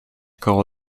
koło